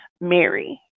Mary